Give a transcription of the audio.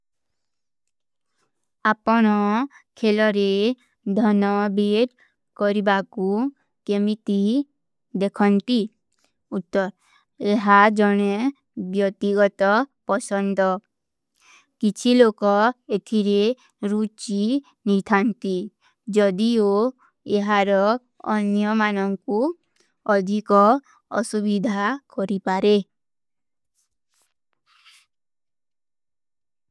ଆପନା ଖେଲରେ ଧନା ବେଟ କରିବା କୂଂ କେମିତୀ ଦେଖନତୀ। ଉତ୍ତର, ଯହାଁ ଜନେ ବ୍ଯୋତିଗତ ପସଂଦ। କିଛୀ ଲୋକା ଇତିରେ ରୂଚୀ ନିଥାନତୀ, ଜଦୀ ଯୋ ଯହାର ଅନ୍ଯମାନଂକୂ ଅଧିକା ଅସୁଭିଧା କରିପାରେ।